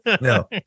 no